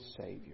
Savior